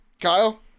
Kyle